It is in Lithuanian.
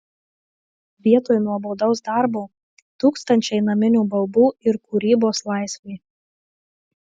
vietoj nuobodaus darbo tūkstančiai naminių baubų ir kūrybos laisvė